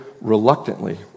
reluctantly